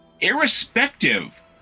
irrespective